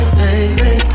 baby